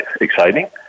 exciting